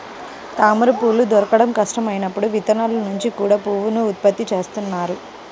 తామరపువ్వులు దొరకడం కష్టం అయినప్పుడు విత్తనాల నుంచి కూడా పువ్వులను ఉత్పత్తి చేస్తున్నారు